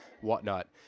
whatnot